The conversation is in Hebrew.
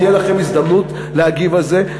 תהיה לכם הזדמנות להגיב על זה.